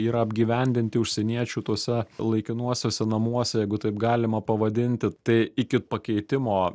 yra apgyvendinti užsieniečių tuose laikinuosiuose namuose jeigu taip galima pavadinti tai iki pakeitimo